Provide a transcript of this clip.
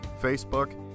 Facebook